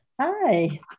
Hi